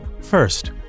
First